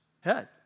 head